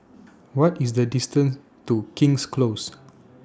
What IS The distance to King's Close